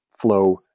flow